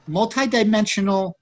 multidimensional